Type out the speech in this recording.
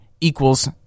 equals